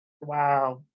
Wow